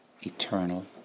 eternal